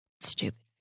Stupid